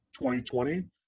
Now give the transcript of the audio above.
2020